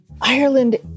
Ireland